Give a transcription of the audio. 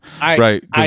Right